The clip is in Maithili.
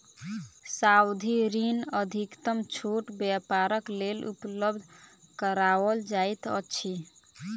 सावधि ऋण अधिकतम छोट व्यापारक लेल उपलब्ध कराओल जाइत अछि